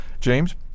James